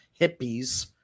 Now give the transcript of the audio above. hippies